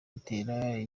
itera